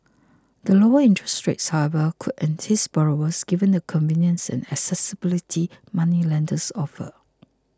the lower interests rates however could entice borrowers given the convenience and accessibility moneylenders offer